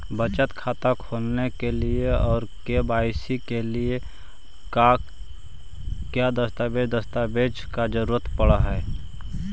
बचत खाता खोलने के लिए और के.वाई.सी के लिए का क्या दस्तावेज़ दस्तावेज़ का जरूरत पड़ हैं?